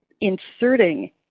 inserting